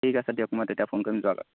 ঠিক আছে দিয়ক মই তেতিয়া ফোন কৰিম যোৱা আগত